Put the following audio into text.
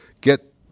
get